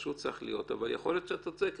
יש את הסיפור הזה של דוד גרוסמן,